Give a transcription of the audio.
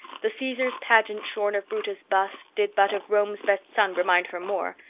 the caesar's pageant shorn of brutus' bust did but of rome's best son remind her more,